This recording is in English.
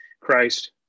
Christ